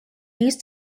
used